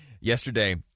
Yesterday